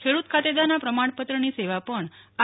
ખેડૂત ખાતેદારોના પ્રમાજ઼પત્રની સેવા પજ઼ આઈ